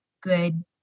good